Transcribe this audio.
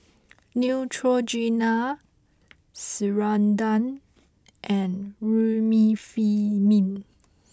Neutrogena Ceradan and Remifemin